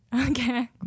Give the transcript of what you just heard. Okay